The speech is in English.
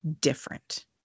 different